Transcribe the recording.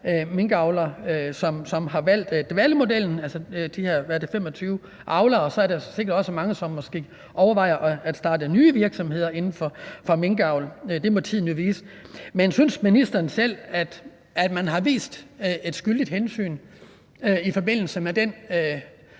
minkavlere, som har valgt dvalemodellen, altså de her, hvad er det, 25 avlere. Og så er der sikkert også mange, som måske overvejer at starte nye virksomheder inden for minkavl, men det må tiden jo vise. Men synes ministeren selv, at man har taget skyldigt hensyn i forbindelse med den